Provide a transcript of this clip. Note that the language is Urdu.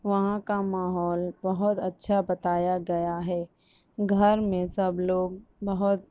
وہاں کا ماحول بہت اچھا بتایا گیا ہے گھر میں سب لوگ بہت